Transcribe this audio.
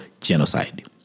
genocide